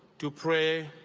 to pray,